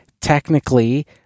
technically